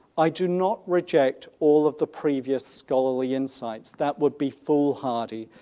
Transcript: i do not reject all of the previous scholarly insights that would be foolhardy,